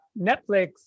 Netflix